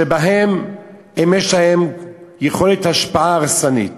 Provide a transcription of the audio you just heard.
שבהם יש להם יכולת השפעה הרסנית.